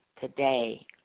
today